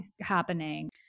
happening